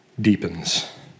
deepens